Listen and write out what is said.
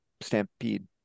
stampede